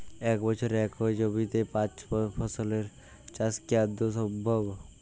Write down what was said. এক বছরে একই জমিতে পাঁচ ফসলের চাষ কি আদৌ সম্ভব?